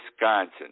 Wisconsin